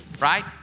Right